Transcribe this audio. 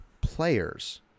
players